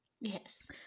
Yes